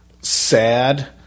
sad